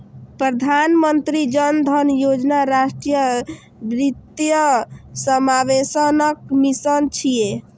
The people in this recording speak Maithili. प्रधानमंत्री जन धन योजना राष्ट्रीय वित्तीय समावेशनक मिशन छियै